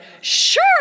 sure